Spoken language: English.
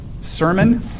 sermon